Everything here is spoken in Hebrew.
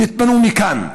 תתפנו מכאן.